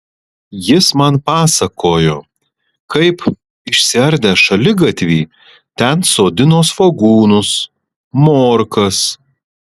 jis man pasakojo kaip išsiardę šaligatvį ten sodino svogūnus morkas